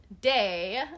day